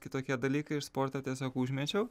kitokie dalykai ir sportą tiesiog užmečiau